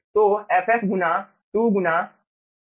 तो ff गुना 2 गुना ρf j2 D होगा